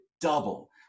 double